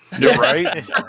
Right